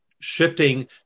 Shifting